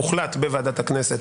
הוחלט בוועדת הכנסת,